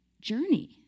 journey